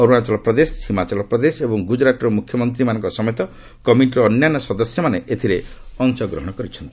ଅରୁଣାଚଳପ୍ରଦେଶ ହିମାଚଳ ପ୍ରଦେଶ ଏବଂ ଗୁରୁଜରାଟର ମୁଖ୍ୟମନ୍ତ୍ରୀମାନଙ୍କ ସମେତ କମିଟିର ଅନ୍ୟାନ୍ୟ ସଦସ୍ୟମାନେ ଏଥିରେ ଅଂଶଗ୍ରହଣ କରିଛନ୍ତି